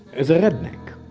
as a redneck.